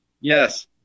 Yes